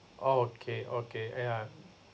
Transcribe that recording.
oh okay okay yeah